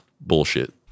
bullshit